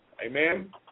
Amen